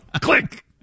Click